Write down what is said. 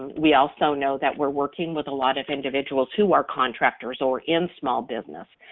we also know that we're working with a lot of individuals who are contractors or in small business,